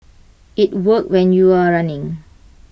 IT worked when you are running